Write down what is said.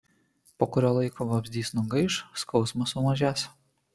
po kurio laiko vabzdys nugaiš skausmas sumažės